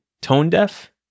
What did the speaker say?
Tone-deaf